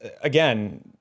again